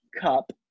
cup